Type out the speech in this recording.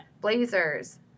blazers